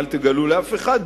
אל תגלו לאף אחד,